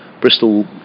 Bristol